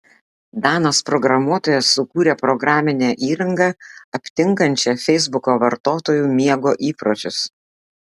danas programuotojas sukūrė programinę įrangą aptinkančią feisbuko vartotojų miego įpročius